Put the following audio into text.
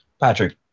patrick